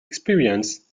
experience